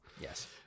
yes